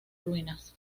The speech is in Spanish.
ruinas